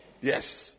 Yes